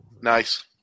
Nice